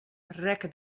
rekke